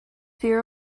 fear